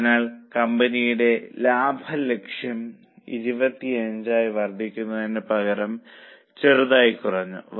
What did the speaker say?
അതിനാൽ കമ്പനിയുടെ ലാഭ ലക്ഷ്യം 25 ആയി വർദ്ധിക്കുന്നതിന് പകരം ചെറുതായി കുറഞ്ഞു